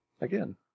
Again